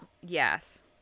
yes